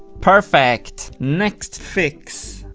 perfect. next fix,